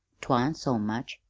twan't so much,